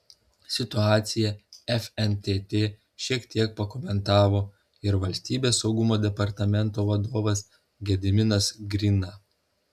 situaciją fntt šiek tiek pakomentavo ir valstybės saugumo departamento vadovas gediminas grina